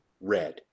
RED